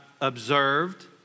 observed